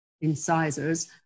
incisors